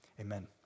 Amen